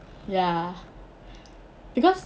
ya because